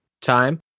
time